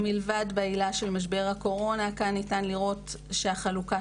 מלבד בעילה של משבר הקורונה שכאן אפשר לראות שהחלוקה